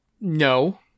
no